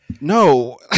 No